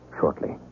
shortly